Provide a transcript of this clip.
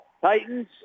Titans